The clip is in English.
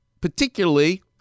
particularly